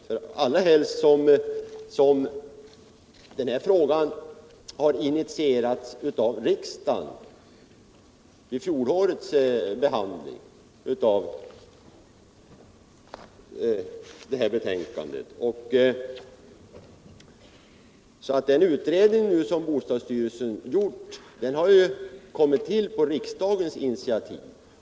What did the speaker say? Frågan har ju initierats av riksdagen i samband med fjolårets behandling av detta ärende, och den utredning som bostadsstyrelsen gjort har således kommit till på riksdagens initiativ.